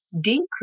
decrease